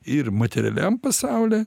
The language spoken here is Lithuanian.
ir materialiam pasauly